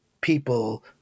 people